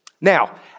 Now